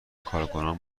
کارکنان